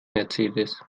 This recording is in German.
mercedes